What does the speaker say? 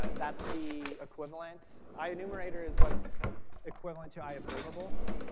that's the equivalent. ienumerator's what's equivalent to iobservable,